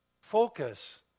Focus